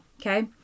okay